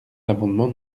l’amendement